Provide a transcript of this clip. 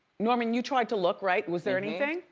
norman you tried to look right. was there anything?